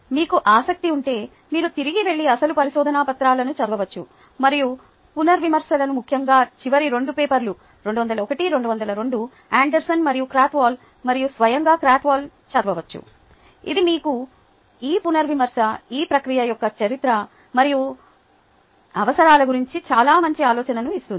మీకు ఆసక్తి ఉంటే మీరు తిరిగి వెళ్లి అసలు పరిశోదన పత్రాలని చదవవచ్చు మరియు పునర్విమర్శలను ముఖ్యంగా చివరి 2 పేపర్లు 2001 2002 ఆండర్సన్ మరియు క్రాత్ వోల్ మరియు స్వయంగా క్రాత్ వోల్ చదవవచ్చు అది మీకు ఈ పునర్విమర్శ ఈ ప్రక్రియ యొక్క చరిత్ర మరియు అవసరాల గురించి చాలా మంచి ఆలోచనను ఇస్తుంది